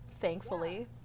thankfully